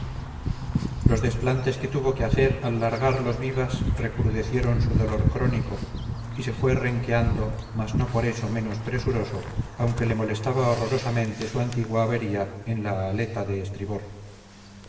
los desplantes que tuvo que hacer al largar los vivas recrudecieron su dolor crónico y se fue renqueando mas no por eso menos presuroso aunque le molestaba horrorosamente su antigua avería en la aleta de estribor